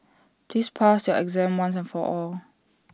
please pass your exam once and for all